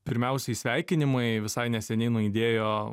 pirmiausiai sveikinimai visai neseniai nuaidėjo